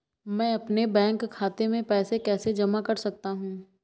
मैं अपने बैंक खाते में पैसे कैसे जमा कर सकता हूँ?